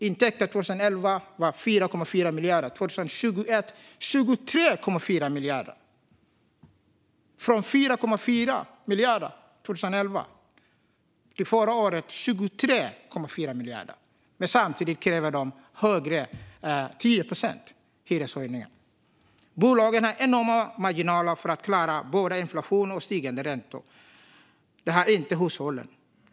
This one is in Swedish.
Intäkterna steg från 4,4 miljarder 2011 till 23,4 miljarder 2021. Samtidigt kräver de tioprocentiga hyreshöjningar. Bolagen har enorma marginaler för att klara både inflation och stigande räntor. Det har inte hushållen.